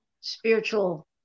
spiritual